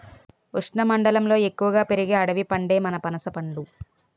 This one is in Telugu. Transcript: ఉష్ణమండలంలో ఎక్కువగా పెరిగే అడవి పండే మన పనసపండు